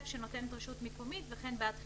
שנותן דרישות מקומית וכן בעד חיסון,